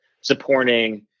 supporting